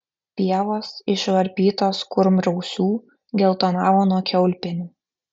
pievos išvarpytos kurmrausių geltonavo nuo kiaulpienių